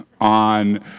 on